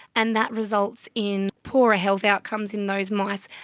and that results in poorer ah health outcomes in those mice.